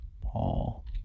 paul